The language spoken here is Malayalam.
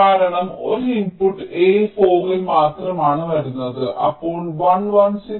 കാരണം ഒരു ഇൻപുട്ട് a 4 ൽ മാത്രമാണ് വരുന്നത് അപ്പോൾ 1 1 6